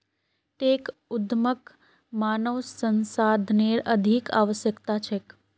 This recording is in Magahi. टेक उद्यमक मानव संसाधनेर अधिक आवश्यकता छेक